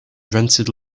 rented